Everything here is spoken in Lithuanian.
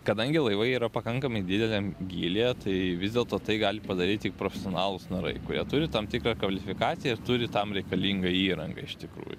kadangi laivai yra pakankamai dideliam gylyje tai vis dėlto tai gali padaryti tik profesionalūs narai kurie turi tam tikrą kvalifikaciją ir turi tam reikalingą įrangą iš tikrųjų